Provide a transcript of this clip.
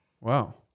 Wow